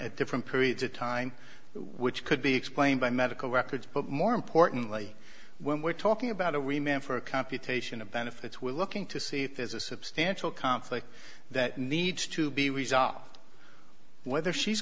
at different periods of time which could be explained by medical records but more importantly when we're talking about a remain for a computation of benefits we're looking to see if there's a substantial conflict that needs to be resolved whether she's